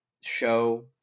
show